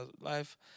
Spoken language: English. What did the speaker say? life